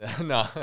No